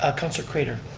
ah councilor craitor.